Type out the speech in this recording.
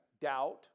doubt